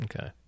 Okay